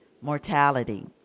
mortality